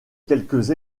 quelques